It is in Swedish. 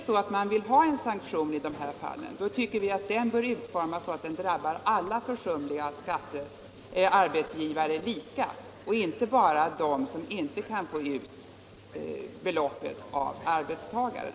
Om man vill ha en sanktion här bör den utformas så att den drabbar alla försumliga arbetsgivare lika och inte bara dem som inte kan få ut skattebeloppet av arbetstagaren.